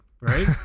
right